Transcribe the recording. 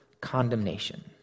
condemnation